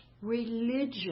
religion